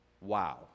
Wow